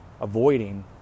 avoiding